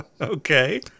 Okay